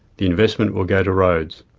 the investment will go to roads.